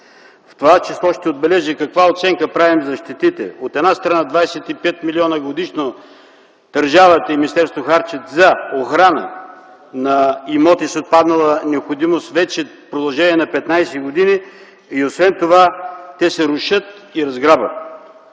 В това число ще отбележа каква оценка правим за щетите. От една страна – 25 милиона годишно държавата и министерството харчат за охрана на имоти с отпаднала необходимост в продължение на 15 години. И освен това те се рушат и разграбват.